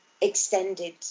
extended